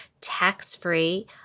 tax-free